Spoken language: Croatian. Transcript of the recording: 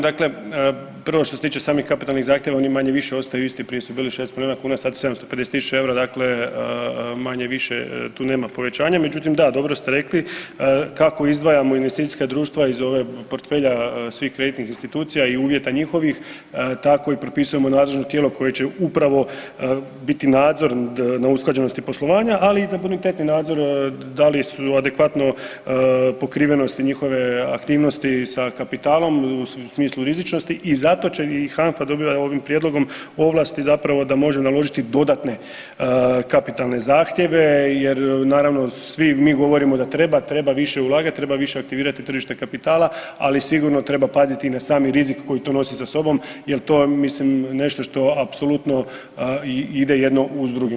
Dakle prvo što se tiče samih kapitalnih zahtjeva, oni manje-više ostaju isti, sad su 750 tisuća eura, dakle manje-više tu nema povećanja, međutim, da, dobro ste rekli, kako izdvajamo investicijska društva iz ove portfelja svih rejting institucija i uvjeta njihovih, tako i propisujemo nadležno tijelo koje će upravo biti nadzor na usklađenosti poslovanja, ali i da bonitetni nadzor, da li su adekvatno pokrivenosti njihove aktivnosti sa kapitalom u smislu rizičnosti i zato će i HANFA dobiva ovim prijedlogom ovlasti zapravo da može naložiti dodatne kapitalne zahtjeve jer naravno, svi mi govorimo da treba, treba više ulagati, treba više aktivirati tržište kapitala, ali sigurno treba paziti i na sami rizik koji to nosi sa sobom jer to, mislim, nešto što apsolutno i ide jedno s drugim.